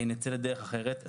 נצא לדרך אחרת.